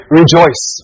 rejoice